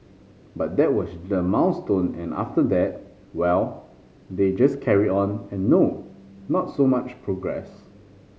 but that was the milestone and after that well they just carry on and no not so much progress